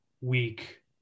week